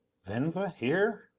venza here?